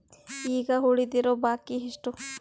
ಈಗ ಉಳಿದಿರೋ ಬಾಕಿ ಎಷ್ಟು?